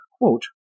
quote